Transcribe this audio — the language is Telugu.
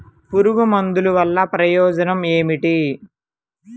పురుగుల మందుల వల్ల ప్రయోజనం ఏమిటీ?